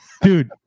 dude